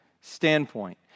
standpoint